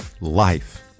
life